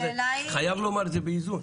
אני חייב לומר את זה באיזון.